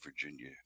Virginia